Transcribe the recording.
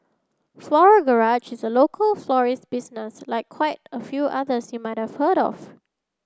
Floral Garage is a local florist business like quite a few others you might have heard of